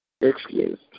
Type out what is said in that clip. Excuse